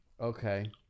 Okay